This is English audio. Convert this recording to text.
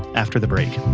after the break